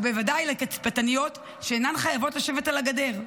ובוודאי לתצפיתניות, שאינן חייבות לשבת על הגדר.